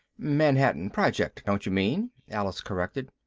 manhattan project, don't you mean? alice corrected.